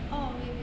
orh okay okay